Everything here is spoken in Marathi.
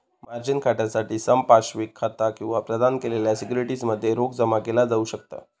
मार्जिन खात्यासाठी संपार्श्विक खाता किंवा प्रदान केलेल्या सिक्युरिटीज मध्ये रोख जमा केला जाऊ शकता